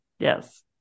Yes